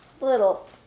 little